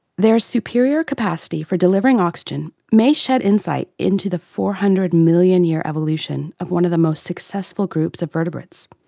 their superior capacity for delivering oxygen may shed insight into the four hundred million year evolution of one of the most successful groups of vertebrates.